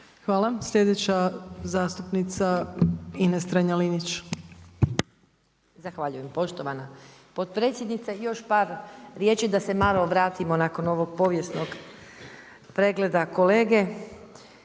Hvala. Sljedeća zastupnica Ines Strenja-Linić. **Strenja, Ines (MOST)** Zahvaljujem poštovana potpredsjednice. Još par riječi da se malo vratimo nakon ovog povijesnog pregleda kolege